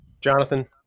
Jonathan